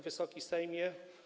Wysoki Sejmie!